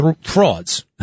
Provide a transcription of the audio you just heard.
frauds